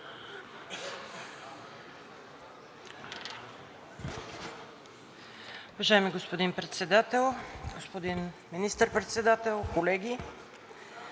Благодаря,